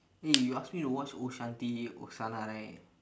eh you ask me to watch ohm shanthi oshaana right